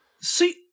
See